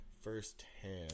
first-hand